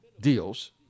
deals